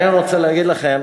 אני רוצה להגיד לכם